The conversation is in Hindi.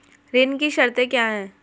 ऋण की शर्तें क्या हैं?